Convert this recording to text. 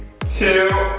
two,